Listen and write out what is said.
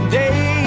day